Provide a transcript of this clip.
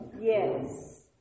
Yes